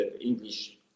English